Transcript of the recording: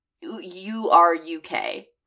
U-R-U-K